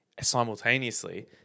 simultaneously